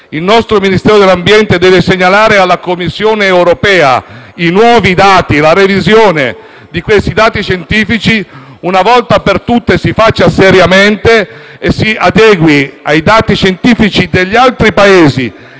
il nostro Ministero dell'ambiente deve segnalare alla Commissione europea i nuovi dati e la revisione di questi dati scientifici, auspico che una volta per tutte lo si faccia seriamente e ci si adegui ai dati scientifici degli altri Paesi